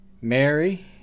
Mary